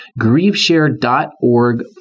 Griefshare.org